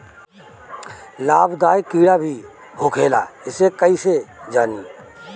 लाभदायक कीड़ा भी होखेला इसे कईसे जानी?